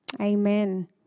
amen